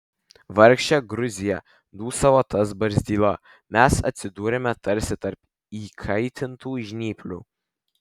vargšė gruzija dūsavo tas barzdyla mes atsidūrėme tarsi tarp įkaitintų žnyplių